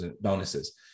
bonuses